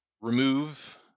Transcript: remove